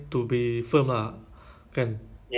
so like